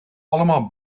allemaal